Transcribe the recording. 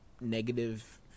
Negative